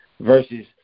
versus